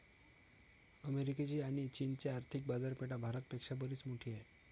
अमेरिकेची आणी चीनची आर्थिक बाजारपेठा भारत पेक्षा बरीच मोठी आहेत